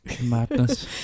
Madness